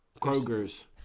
Kroger's